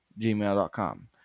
gmail.com